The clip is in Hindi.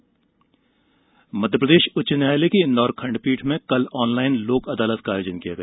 लोक अदालत मध्यप्रदेश उच्च न्यायालय की इंदौर खण्डपीठ में कल ऑनलाइन लोक अदालत का आयोजन किया गया